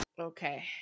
Okay